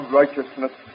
righteousness